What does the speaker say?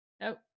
Nope